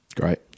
Great